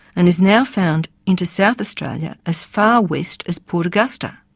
and is now found into south australia as far west as port augusta.